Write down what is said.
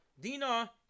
Dina